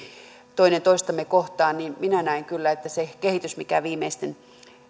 toinen toistamme kohtaan niin minä näen kyllä että se kehitys mikä viimeisten